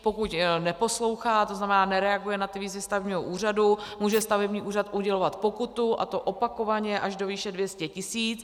Pokud neposlouchá, to znamená, nereaguje na výzvy stavebního úřadu, může stavební úřad udělovat pokutu, a to opakovaně až do výše 200 tisíc.